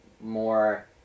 more